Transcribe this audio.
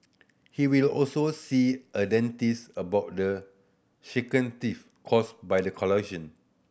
he will also see a dentist about the shaky teeth caused by the collision